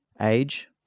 Age